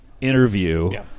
interview